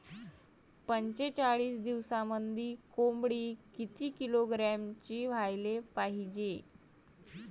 पंचेचाळीस दिवसामंदी कोंबडी किती किलोग्रॅमची व्हायले पाहीजे?